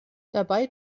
dabei